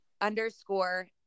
underscore